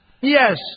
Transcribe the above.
Yes